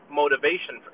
motivation